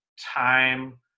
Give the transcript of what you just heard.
time